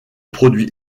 produit